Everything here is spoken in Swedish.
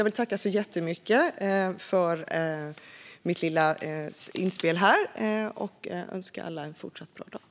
Jag vill tacka för att jag fick göra mitt lilla inspel här och önska alla en fortsatt bra dag.